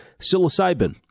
psilocybin